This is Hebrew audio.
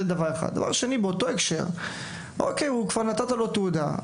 דבר שני, באותו הקשר: הנה, כבר נתת לו תעודה.